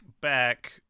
back